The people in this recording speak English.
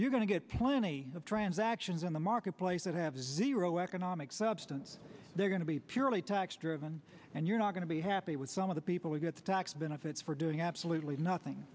you're going to get plenty of transactions in the marketplace that have zero economic substance they're going to be purely tax driven and you're not going to be happy with some of the people we get the tax benefits for doing absolutely nothing